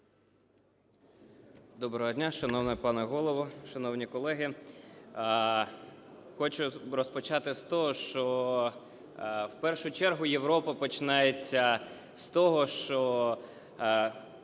Доброго дня, шановний пане Голово, шановні колеги! хочу розпочати з того, що, в першу чергу, Європа починається з того, що